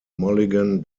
mulligan